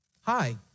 Hi